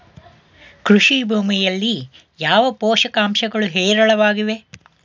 ಕೃಷಿ ಭೂಮಿಯಲ್ಲಿ ಯಾವ ಪೋಷಕಾಂಶಗಳು ಹೇರಳವಾಗಿವೆ?